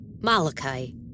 Malachi